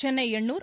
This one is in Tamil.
சென்னை எண்னூர்